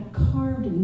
carved